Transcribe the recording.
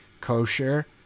kosher